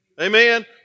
Amen